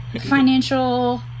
financial